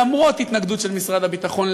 למרות התנגדות של משרד הביטחון,